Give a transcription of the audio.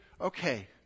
okay